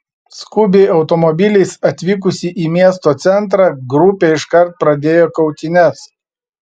skubiai automobiliais atvykusi į miesto centrą grupė iškart pradėjo kautynes